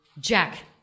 Jack